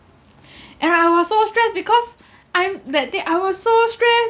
and I was so stressed because I'm that day I was so stressed